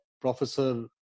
Professor